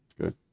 Good